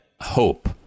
hope